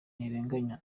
ntirenganya